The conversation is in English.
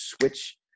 switch